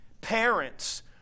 parents